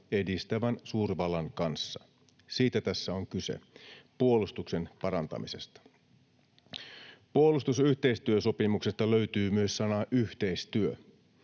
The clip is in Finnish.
edistävän suurvallan kanssa. Siitä tässä on kyse: puolustuksen parantamisesta. Puolustusyhteistyösopimuksesta löytyy myös sana ”yhteistyö”.